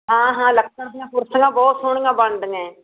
ਹਾਂ ਹਾਂ ਲੱਕੜ ਦੀਆਂ ਕੁਰਸੀਆਂ ਬਹੁਤ ਸੋਹਣੀਆਂ ਬਣਦੀਆਂ ਹੈ